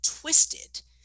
twisted